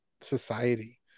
society